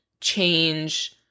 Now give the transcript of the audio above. change